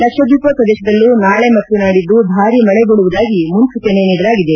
ಲಕ್ಷದ್ವೀಪ ಪ್ರದೇಶದಲ್ಲೂ ನಾಳೆ ಮತ್ತು ನಾಡಿದ್ದು ಭಾರಿ ಮಳೆ ಬೀಳುವುದಾಗಿ ಮುನ್ಲೂಚನೆ ನೀಡಲಾಗಿದೆ